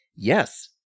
Yes